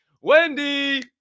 Wendy